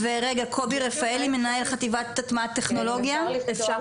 קובי רפאלי מנהל חטיבת טכנולוגיה --- אפשר